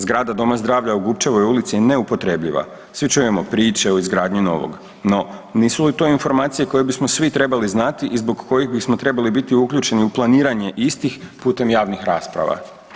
Zgrada Doma zdravlja u Gubčevoj ulici neupotrebljiva, svi čujemo priče o izgradnji novog, no nisu li to informacije koje bismo svi trebali znati i zbog kojih bismo trebali biti uključeni u planiranje istih putem javnih rasprava?